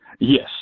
Yes